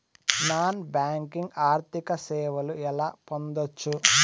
Non banking ఆర్థిక సేవలు ఎలా పొందొచ్చు?